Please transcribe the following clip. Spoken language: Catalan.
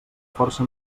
força